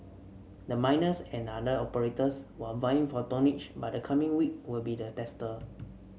the miners and other operators were vying for tonnage but the coming week will be the tester